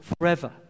forever